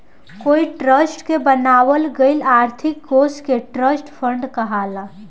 कोई ट्रस्ट के बनावल गईल आर्थिक कोष के ट्रस्ट फंड कहाला